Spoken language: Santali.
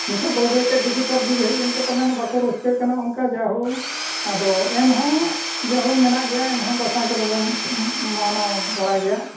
ᱱᱤᱛᱚᱜ ᱵᱟᱹᱭᱼᱵᱟᱹᱭᱛᱮ ᱰᱤᱡᱤᱴᱟᱞ ᱡᱩᱜᱽ ᱦᱮᱡ ᱮᱱᱛᱮ ᱯᱟᱞᱮᱱ ᱵᱟᱠᱚ ᱨᱟᱹᱥᱠᱟᱹᱜ ᱠᱟᱱᱟ ᱚᱱᱠᱟ ᱡᱟᱦᱳᱠ ᱟᱫᱚ ᱮᱱᱦᱚᱸ ᱡᱟᱦᱳᱠ ᱢᱮᱱᱟᱜ ᱜᱮᱭᱟ ᱮᱱᱦᱚᱸ ᱫᱟᱥᱟᱸᱭ ᱠᱚᱫᱚᱵᱚᱱ ᱢᱟᱱᱟᱣ ᱵᱟᱲᱟᱭ ᱜᱮᱭᱟ